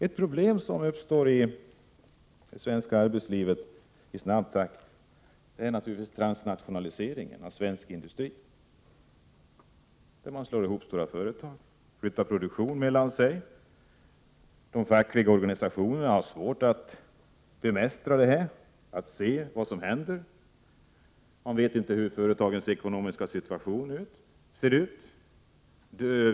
Ett problem som ökar i snabb takt i det svenska näringslivet är transnationaliseringen av svensk industri. Man slår ihop stora företag, flyttar produktion mellan olika länder, och de fackliga organisationerna har svårt att bemästra läget och att se vad som händer. Man vet inte hur företagens ekonomiska situation ser ut.